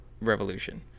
revolution